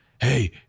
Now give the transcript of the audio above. hey